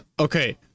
Okay